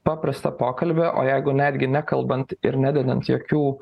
paprastą pokalbį o jeigu netgi nekalbant ir nededant jokių